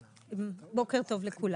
בוקר טוב לכולם.